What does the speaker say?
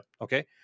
Okay